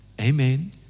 Amen